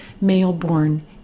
male-born